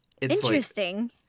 Interesting